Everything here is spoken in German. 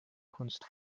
kunst